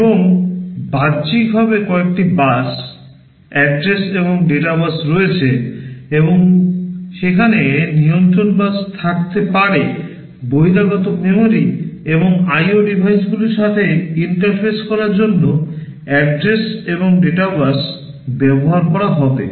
এবং বাহ্যিকভাবে কয়েকটি বাস অ্যাড্রেস ব্যবহার করা হবে